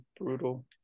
brutal